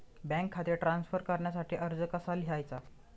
Bank खाते transfer करण्यासाठी अर्ज कसा लिहायचा?